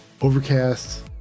Overcast